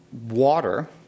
Water